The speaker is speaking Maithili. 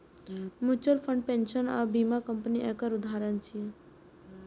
म्यूचुअल फंड, पेंशन आ बीमा कंपनी एकर उदाहरण छियै